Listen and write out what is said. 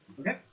Okay